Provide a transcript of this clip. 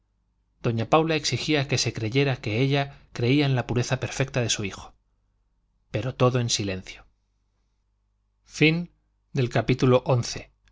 doña paula exigía que se creyera que ella creía en la pureza perfecta de su hijo pero todo en silencio